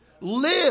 Live